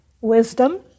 wisdom